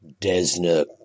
Desna